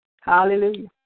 Hallelujah